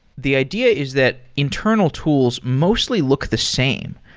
the idea is that internal tools mostly look the same.